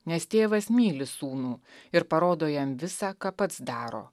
nes tėvas myli sūnų ir parodo jam visa ką pats daro